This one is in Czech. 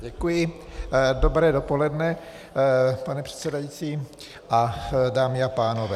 Děkuji, dobré dopoledne, pane předsedající, dámy a pánové.